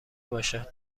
باشد